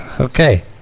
Okay